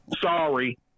Sorry